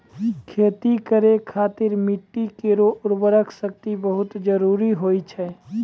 खेती करै खातिर मिट्टी केरो उर्वरा शक्ति बहुत जरूरी होय छै